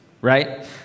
Right